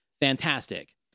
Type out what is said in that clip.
Fantastic